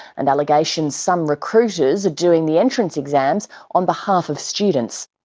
and allegations some recruiters are doing the entrance exams on behalf of students.